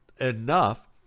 enough